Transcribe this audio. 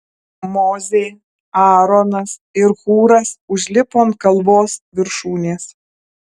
mozė aaronas ir hūras užlipo ant kalvos viršūnės